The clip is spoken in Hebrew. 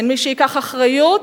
אין מי שייקח אחריות,